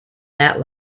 that